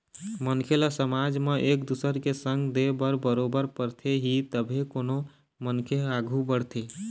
मनखे ल समाज म एक दुसर के संग दे बर बरोबर परथे ही तभे कोनो मनखे ह आघू बढ़थे